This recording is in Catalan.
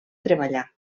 treballar